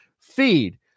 feed